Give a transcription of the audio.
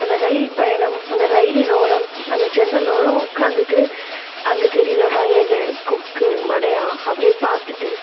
அந்த ரயில் பயணம் அந்த ரயிலின் ஓரம் அந்த ஜன்னல் ஓரம் உக்கார்ந்துட்டு அங்கே தெரிகிற வயல் கொக்கு மடையான் அப்படியே பார்த்துட்டு